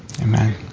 amen